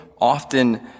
often